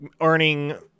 earning